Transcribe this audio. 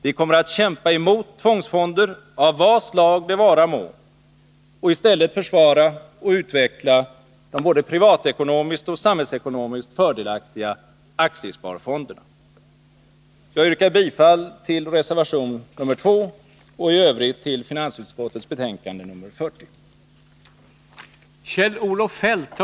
Vi kommer att kämpa mot tvångsfonder av vad slag det vara må och i stället försvara och utveckla de både privatekonomiskt och samhällsekonomiskt fördelaktiga aktiesparfonderna. Jag yrkar bifall till reservation nr 2 och i övrigt till finansutskottets hemställan i utskottets betänkande nr 40.